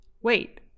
Wait